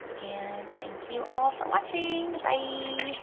and thank you all for watching! byeeee!